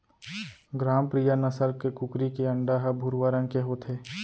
ग्रामप्रिया नसल के कुकरी के अंडा ह भुरवा रंग के होथे